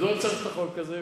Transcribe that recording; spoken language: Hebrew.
מדוע צריך את החוק הזה?